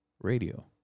radio